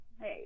Hey